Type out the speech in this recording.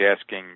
asking